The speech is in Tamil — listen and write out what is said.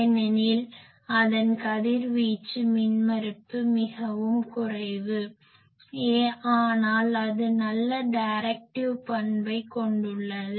ஏனெனில் அதன் கதிர்வீச்சு மின்மறுப்பு மிகவும் குறைவு ஆனால் அது நல்ல டைரக்டிவ் பண்பை கொண்டுள்ளது